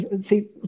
see